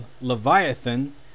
Leviathan